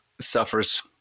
suffers